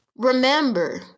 Remember